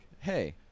hey